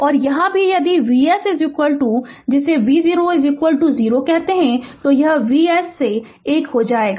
और यहाँ भी यदि Vs जिसे v0 0 कहते हैं तो यह Vs से 1 हो जाएगा